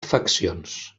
faccions